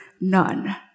none